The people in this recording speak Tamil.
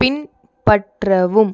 பின்பற்றவும்